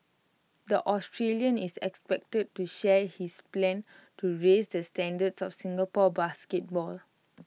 the Australian is expected to share his plans to raise the standards of Singapore basketball